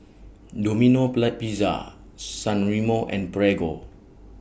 Domino Plat Pizza San Remo and Prego